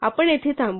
आपण येथे थांबू